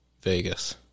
Vegas